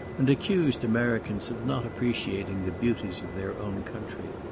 and accused americans of not appreciating the beauties of their own country.